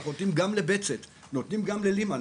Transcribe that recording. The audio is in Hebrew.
אנחנו נותנים מענה גם לבצת, גם ללימן.